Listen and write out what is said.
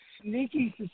sneaky